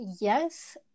Yes